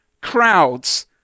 crowds